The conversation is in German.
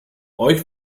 euch